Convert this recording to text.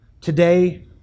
Today